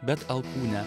bet alkūne